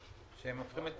שהם הופכים את